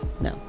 No